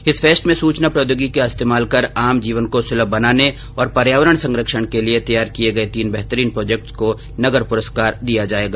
इस फेस्ट में सूचना प्रौद्योगिकी का इस्तेमाल कर आम जीवन को सुलभ बनाने और पर्यावरण संरक्षण के लिए तैयार किए गए तीन बेहतरीन प्रोजेक्ट्स को नकद पुरस्कार दिया जाएगा